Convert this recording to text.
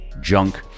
junk